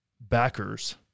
backers